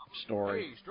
story